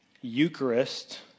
Eucharist